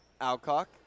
Alcock